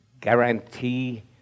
guarantee